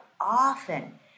often